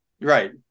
Right